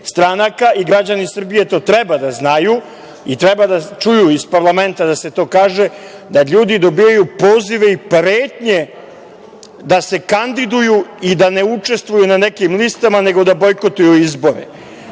i građani Srbije to treba da znaju i treba da čuju iz parlamenta da se to kaže da ljudi dobijaju pozive i pretnje da se kandiduju i da ne učestvuju na nekim listama, nego da bojkotuju izbore,